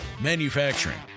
Manufacturing